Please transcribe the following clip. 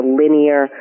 linear